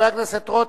חבר הכנסת רותם,